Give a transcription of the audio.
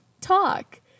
talk